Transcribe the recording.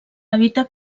evita